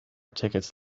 tickets